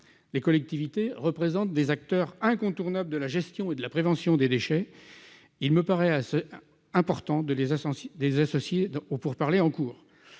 les collectivités représentent des acteurs incontournables de la gestion et de la prévention des déchets, il me paraît assez important de les ascensions des associés,